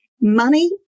Money